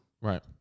Right